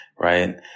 Right